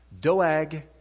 Doag